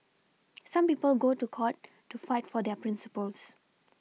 some people go to court to fight for their Principles